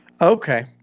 Okay